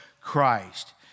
Christ